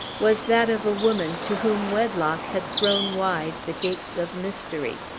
was that of a woman to whom wedlock had thrown wide the gates of mystery.